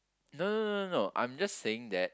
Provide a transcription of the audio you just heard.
no no no no no I'm just saying that